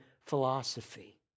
philosophy